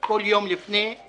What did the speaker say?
וכל יום לפני כן